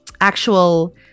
actual